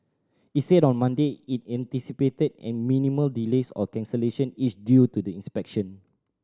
it said on Monday it anticipated an minimal delays or cancellation each due to the inspection